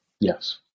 Yes